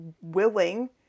willing